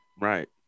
Right